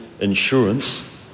insurance